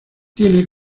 tiene